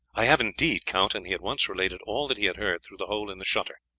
i have indeed, count, and he at once related all that he had heard through the hole in the shutter.